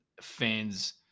fans